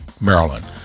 Maryland